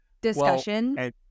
discussion